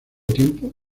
tiempo